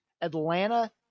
Atlanta